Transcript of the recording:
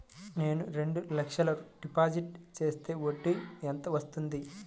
నేను రెండు లక్షల డిపాజిట్ చేస్తే వడ్డీ ఎంత వస్తుంది?